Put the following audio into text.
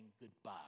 goodbye